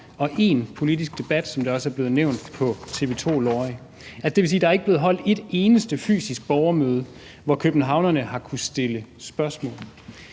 én politisk debat, som det også er blevet nævnt, på TV 2/Lorry. Det vil sige, at der ikke er blevet holdt et eneste fysisk borgermøde, hvor københavnerne har kunnet stille spørgsmål.